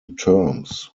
terms